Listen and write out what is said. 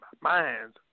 minds